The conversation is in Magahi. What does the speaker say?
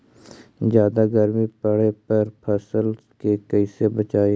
जादा गर्मी पड़े पर फसल के कैसे बचाई?